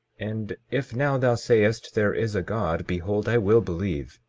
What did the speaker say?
and if now thou sayest there is a god, behold i will believe.